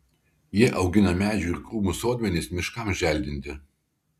jie augina medžių ir krūmų sodmenis miškams želdinti